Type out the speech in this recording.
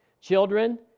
children